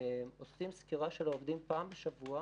ועושים סקירה של עובדים פעם בשבוע